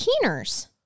keeners